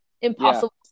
impossible